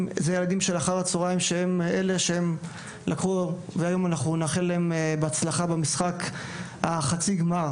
אלה הילדים אחר הצהריים שנאחל להם היום בהצלחה במשחק חצי הגמר